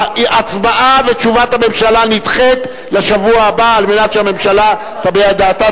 הצבעה ותשובת הממשלה נדחות לשבוע הבא על מנת שהממשלה תביע את דעתה.